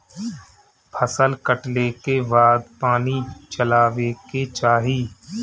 फसल कटले के बाद पानी चलावे के चाही